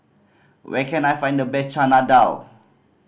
where can I find the best Chana Dal